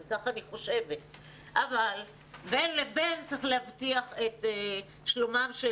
אבל בין לבין צריך להבטיח את שלומם של